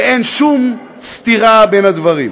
ואין שום סתירה בין הדברים.